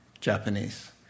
Japanese